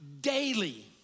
daily